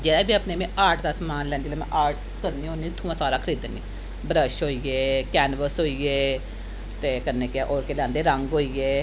जेह्दे च में अपने में आर्ट दा समान लैंदी जेल्लै में आर्ट करनी होन्नी उत्थूं में सारा खरीदनी ब्रश होई गे कैनवस होई गे ते कन्नै होर केह् लैंदे रंग होई गे